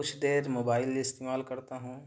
کچھ دیر موبائل استعمال کرتا ہوں